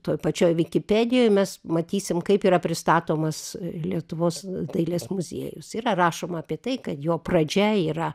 toj pačioj vikipedijoj mes matysim kaip yra pristatomas lietuvos dailės muziejus yra rašoma apie tai kad jo pradžia yra